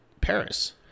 Paris